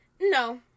No